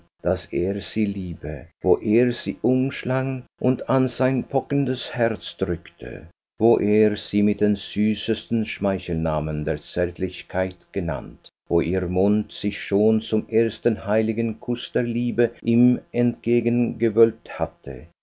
daß er sie liebe wo er sie umschlang und an sein pochendes herz drückte wo er sie mit den süßesten schmeichelnamen der zärtlichkeit genannt wo ihr mund sich schon zum ersten heiligen kuß der liebe ihm entgegengewölbt hatte